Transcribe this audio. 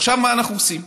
עכשיו, מה אנחנו עושים?